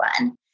one